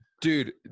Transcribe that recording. dude